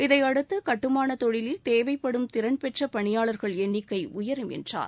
இதையடுத்து கட்டுமானத் தொழிலில் தேவைப்படும் திறன்பெற்ற பணியாளர்கள் எண்ணிக்கை உயரும் என்றார்